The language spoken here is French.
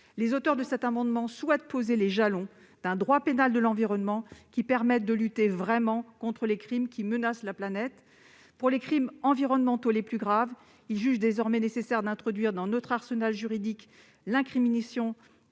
Les auteurs de cet amendement souhaitent poser les jalons d'un droit pénal de l'environnement qui permette de lutter vraiment contre les crimes qui menacent la planète. Pour les crimes environnementaux les plus graves, ils jugent désormais nécessaire d'introduire dans notre arsenal juridique l'incrimination